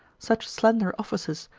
such slender offices,